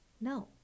No